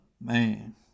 man